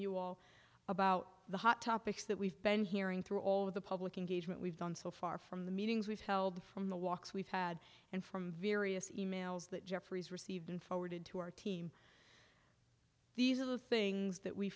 you all about the hot topics that we've been hearing through all of the public and gauge what we've done so far from the meetings we've held from the walks we've had and from various emails that geoffrey's received and forwarded to our team these are the things that we